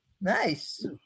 Nice